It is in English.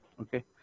Okay